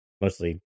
mostly